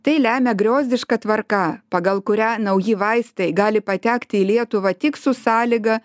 tai lemia griozdiška tvarka pagal kurią nauji vaistai gali patekti į lietuvą tik su sąlyga